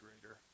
greater